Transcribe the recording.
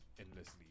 endlessly